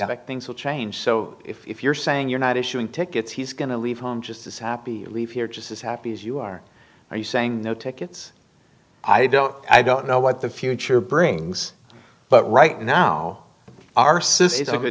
suspect things will change so if you're saying you're not issuing tickets he's going to leave home just as happy leave here just as happy as you are are you saying no tickets i don't i don't know what the future brings but right now our says it's a good